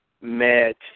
met